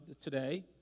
today